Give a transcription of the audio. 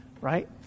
Right